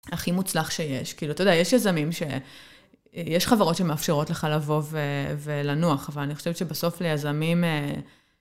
הכי מוצלח שיש. כאילו, אתה יודע, יש יזמים ש... יש חברות שמאפשרות לך לבוא ולנוח, אבל אני חושבת שבסוף ליזמים...